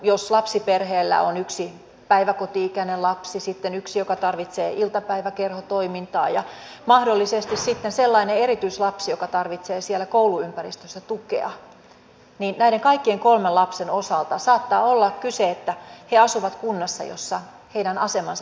jos lapsiperheellä on yksi päiväkoti ikäinen lapsi sitten yksi joka tarvitsee iltapäiväkerhotoimintaa ja mahdollisesti sitten sellainen erityislapsi joka tarvitsee siellä kouluympäristössä tukea niin näiden kaikkien kolmen lapsen osalta saattaa olla kyseessä että he asuvat kunnassa jossa heidän asemansa heikentyy huomattavasti